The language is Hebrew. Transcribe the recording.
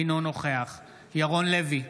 אינו נוכח ירון לוי,